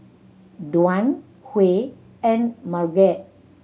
Dwan Huy and Margrett